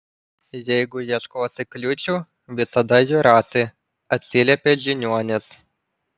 jeigu ieškosi kliūčių visada jų rasi atsiliepė žiniuonis